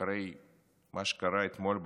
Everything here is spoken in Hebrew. אחרי מה שקרה אתמול בלילה,